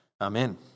Amen